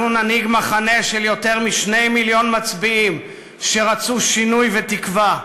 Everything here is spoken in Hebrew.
אנחנו ננהיג מחנה של יותר מ-2 מיליון מצביעים שרצו שינוי ותקווה.